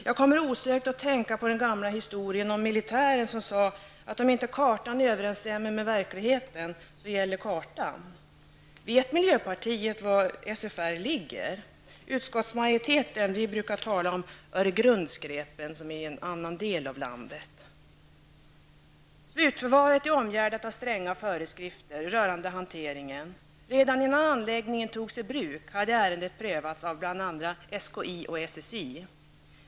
Jag kommer osökt att tänka på den gamla historien om militären som sa att om inte kartan överenstämmer med verkligheten så gäller kartan. Utskottsmajoriteten brukar tala om Öregrundsgrepen, som ligger i en annan del av landet. Slutförvaret är omgärdat av stränga föreskrifter rörande hanteringen. Redan innan anläggningen togs i bruk hade ärendet prövats av bl.a. SKI och SSI.